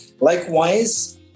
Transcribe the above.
Likewise